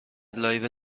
لایو